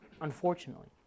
unfortunately